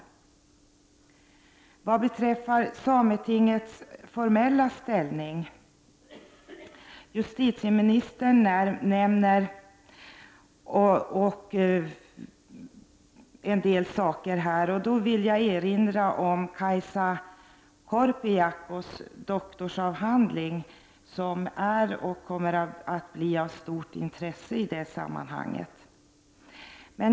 Justitieministern nämnde en del saker när det gäller sametingets formella ställning. Jag vill därför erinra om Kaisa Korpijaakos doktorsavhandling som är och kommer att bli av stort intresse i det sammanhanget.